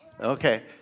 Okay